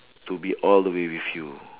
to be all the way with you